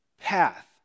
Path